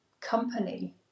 company